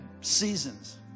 seasons